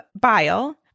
bile